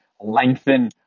lengthen